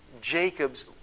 Jacob's